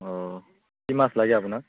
অঁ কি মাছ লাগে আপোনাক